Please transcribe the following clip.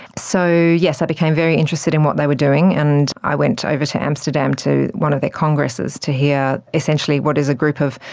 so yes, i became very interested in what they were doing, and i went over to amsterdam to one of their congresses to hear essentially what is a group of,